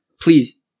Please